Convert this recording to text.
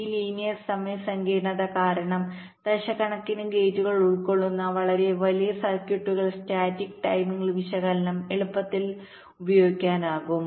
ഈ ലീനിയർ സമയ സങ്കീർണ്ണത കാരണം ദശലക്ഷക്കണക്കിന് ഗേറ്റുകൾ ഉൾക്കൊള്ളുന്ന വളരെ വലിയ സർക്യൂട്ടുകൾക്ക് സ്റ്റാറ്റിക് ടൈമിംഗ്വിശകലനം വളരെ എളുപ്പത്തിൽ ഉപയോഗിക്കാനാകും